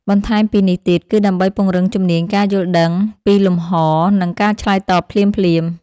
បន្ថែមពីនេះទៀត គឺដើម្បីពង្រឹងជំនាញការយល់ដឹងពីលំហ និងការឆ្លើយតបភ្លាមៗ។